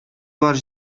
бар